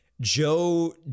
Joe